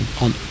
on